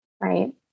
Right